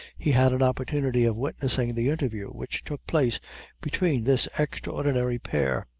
he had an opportunity of witnessing the interview which took place between this extraordinary pair.